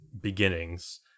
beginnings